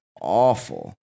awful